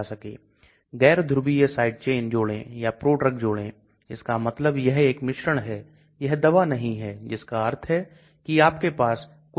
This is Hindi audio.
बेशक यह ग्राफ घुलनशीलता भाग के बारे में बात नहीं करता है लेकिन यह केवल पारगम्यता या उसमें प्रसार के बारे में बात करता है